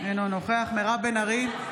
אינו נוכח מירב בן ארי,